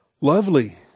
Lovely